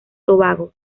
tobago